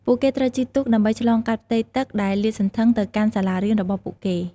ពួកគេត្រូវជិះទូកដើម្បីឆ្លងកាត់ផ្ទៃទឹកដែលលាតសន្ធឹងទៅកាន់សាលារៀនរបស់ពួកគេ។